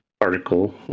article